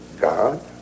God